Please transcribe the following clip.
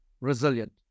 resilient